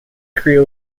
career